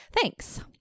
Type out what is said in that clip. thanks